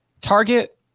target